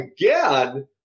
again